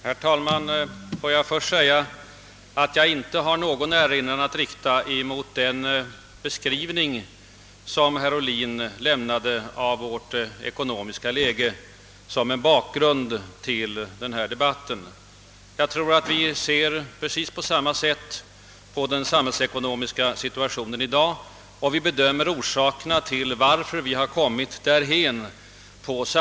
Herr talman! Först vill jag säga att jag inte har någon erinran mot den beskrivning som herr Ohlin gjorde av vårt ekonomiska läge så som en bakgrund till dagens debatt. Jag tror att vi ser precis likadant på den samhällsekonomiska situationen i dag och på samma sätt bedömer orsakerna till att man har kommit därhän.